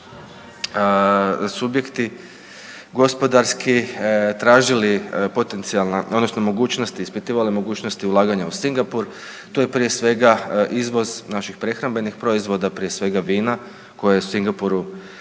subjekti gospodarski tražili potencijalna, odnosno mogućnosti, ispitivali mogućnosti ulaganja u Singapur. Tu je prije svega, izvoz naših prehrambenih proizvoda, prije svega vina koja u Singapuru, kako